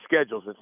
schedules